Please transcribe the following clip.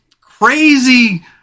crazy